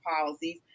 policies